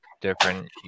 different